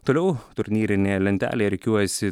toliau turnyrinėje lentelėje rikiuojasi